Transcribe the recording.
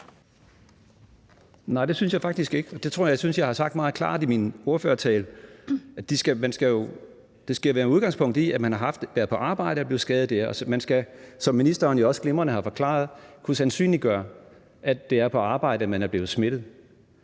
Nej, det synes jeg faktisk ikke, og jeg tror, jeg har sagt meget klart i min ordførertale, at det jo skal være med udgangspunkt i, at man har været på arbejde og er blevet skadet der. Altså, man skal, som ministeren jo også glimrende har forklaret, kunne sandsynliggøre, at det er på arbejdet, man er blevet smittet.